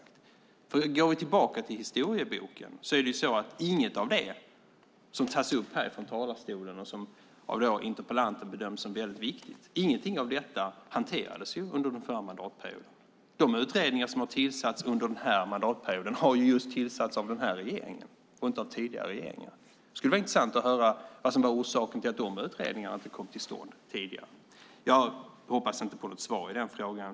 Går vi tillbaka till historieboken har inget av det som tas upp här från talarstolen och som av interpellanten bedöms som väldigt viktigt hanterats under den förra mandatperioden. De utredningar som tillsatts under denna mandatperiod har just tillsatts av denna regering och inte av tidigare regeringar. Det skulle vara intressant att höra vad som var orsaken till att de utredningarna inte kom till stånd tidigare. Jag hoppas inte på något svar i den frågan.